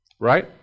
Right